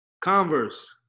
Converse